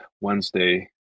wednesday